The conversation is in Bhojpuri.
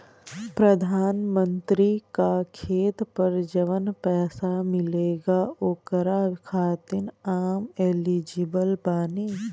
प्रधानमंत्री का खेत पर जवन पैसा मिलेगा ओकरा खातिन आम एलिजिबल बानी?